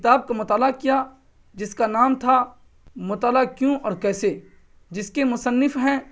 کتاب کا مطالعہ کیا جس کا نام تھا مطالعہ کیوں اور کیسے جس کے مصنف ہیں